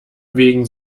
wegen